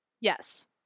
Yes